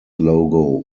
logo